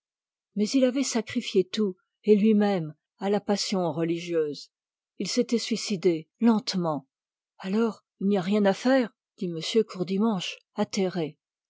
mais il avait sacrifié tout et lui-même à la passion religieuse il s'était assassiné lentement alors il n'y a rien à faire